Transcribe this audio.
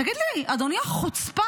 תגיד לי, אדוני החוצפן,